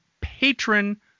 Patron